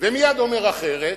ומייד אומר אחרת